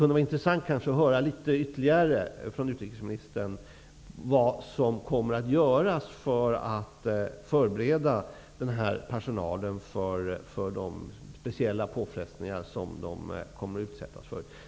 Det vore intressant att något ytterligare få höra av utrikesministern vad som kommer att göras för att förbereda den här personalen för de speciella påfrestningar som man kan komma att utsättas för.